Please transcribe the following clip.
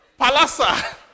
Palasa